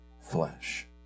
flesh